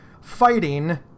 fighting